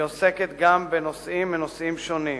היא עוסקת בנושאים מנושאים שונים: